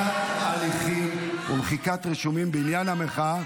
הפסקת הליכים ומחיקת רישומים בעניין המחאה,